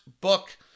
book